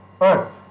earth